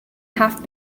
half